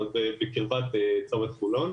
בקרבת צומת חולון,